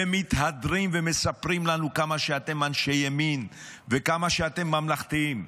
ומתהדרים ומספרים לנו כמה שאתם אנשי ימין וכמה שאתם ממלכתיים.